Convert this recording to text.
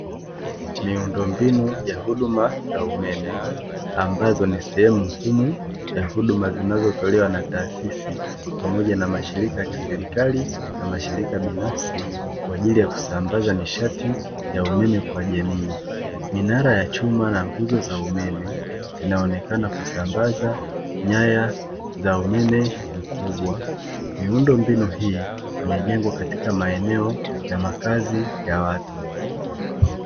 Miundo mbinu ya huduma za umeme, ambazo ni sehemu muhimu ya huduma zinazotolewa na taasisi pamoja na mashirika ya kiserikali na mashirika binafsi, kwa ajili ya kusambaza nishati ya umeme kwa jamii, minara ya chuma na nguzo za umeme zinaonekana kusambaza nyaya za umeme mkubwa, miundombinu hii imejengwa katika maeneo ya makazi ya watu.